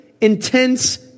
intense